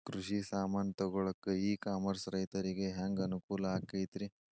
ಕೃಷಿ ಸಾಮಾನ್ ತಗೊಳಕ್ಕ ಇ ಕಾಮರ್ಸ್ ರೈತರಿಗೆ ಹ್ಯಾಂಗ್ ಅನುಕೂಲ ಆಕ್ಕೈತ್ರಿ?